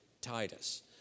Titus